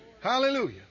Hallelujah